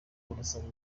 burasaba